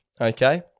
okay